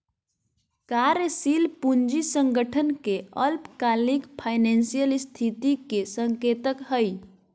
कार्यशील पूंजी संगठन के अल्पकालिक फाइनेंशियल स्थिति के संकेतक हइ